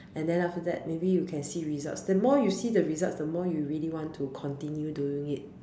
and then after that maybe you can see results the more you see the results the more you really want to continue doing it